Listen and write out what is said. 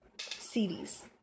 series